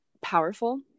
powerful